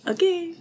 Okay